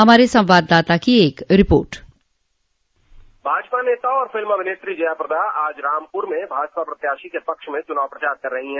हमारे संवाददाता की एक रिपोर्ट भाजपा नेता और फिल्मह अभिनेत्री जयाप्रदा आज रामपुर में भाजपा प्रत्यागशी के पक्ष में चुनाव प्रचार कर रही है